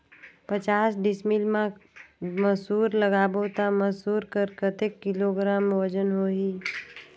पचास डिसमिल मा मसुर लगाबो ता मसुर कर कतेक किलोग्राम वजन होही?